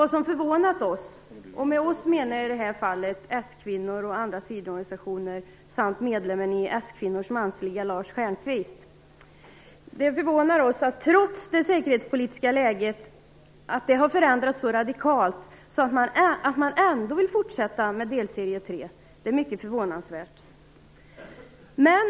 Vad som förvånat oss mycket - och med "oss" menar jag i det här fallet s-kvinnorna och andra sidoorganisationer samt medlemmen i s-kvinnornas mansliga Lars Stjernkvist - är att man trots att det säkerhetspolitiska läget har förändrats så radikalt ändå vill fortsätta med delserie 3.